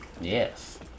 Yes